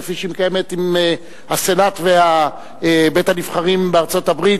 כפי שהיא מקיימת עם הסנאט ועם בית-הנבחרים בארצות-הברית,